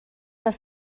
les